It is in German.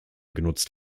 genutzt